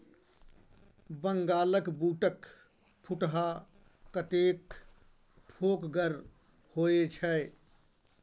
बंगालक बूटक फुटहा कतेक फोकगर होए छै